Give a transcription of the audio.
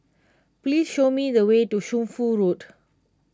please show me the way to Shunfu Road